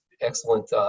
excellent